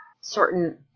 certain